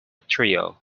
trio